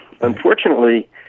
unfortunately